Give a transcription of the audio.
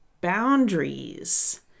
boundaries